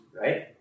right